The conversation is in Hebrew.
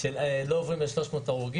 שלא עוברים את ה-300 הרוגים.